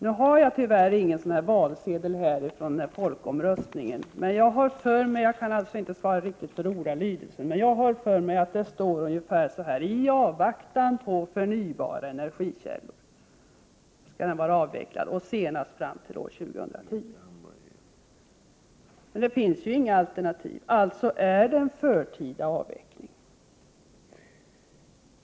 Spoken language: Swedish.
Tyvärr har jag ingen valsedel från folkomröstningen med mig. Men jag har för mig — jag kan alltså inte svara riktigt för ordalydelsen — att det stod ungefär så här: I avvaktan på förnybara energikällor ——— skall kärnkraften vara avvecklad senast till år 2010. Det finns alltså inga alternativ. Då är det ”förtida” avveckling.